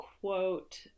quote